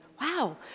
Wow